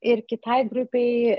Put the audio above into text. ir kitai grupei